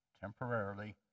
temporarily